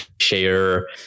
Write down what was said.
share